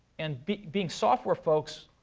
and being software folks,